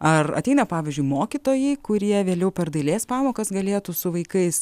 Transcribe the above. ar ateina pavyzdžiui mokytojai kurie vėliau per dailės pamokas galėtų su vaikais